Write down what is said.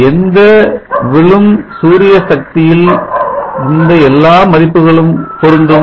எந்த விழும்சூரிய சக்தியில் இந்த எல்லா மதிப்புகளும் பொருந்தும்